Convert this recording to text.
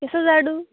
केसो जाडू